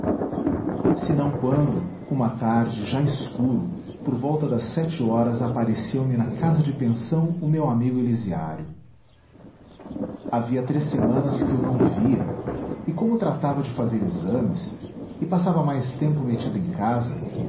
parte senão quando uma tarde já escuro por volta das sete horas apareceu me na casa de pensão o meu amigo elisiário havia três semanas que o não via e como tratava de fazer exames e passava mais tempo metido em casa